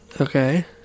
Okay